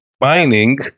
mining